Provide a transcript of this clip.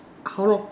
how long